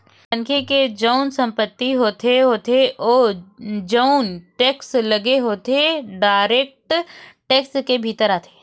मनखे के जउन संपत्ति होथे होथे ओमा जउन टेक्स लगथे ओहा डायरेक्ट टेक्स के भीतर आथे